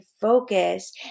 focus